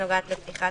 נוגעת לפתיחת העסקים.